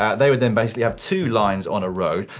they would then basically have two lines on a road.